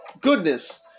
goodness